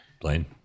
Blaine